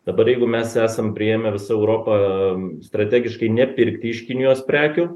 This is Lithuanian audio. dabar jeigu mes esam priėmę visa europa strategiškai nepirkti iš kinijos prekių